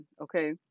okay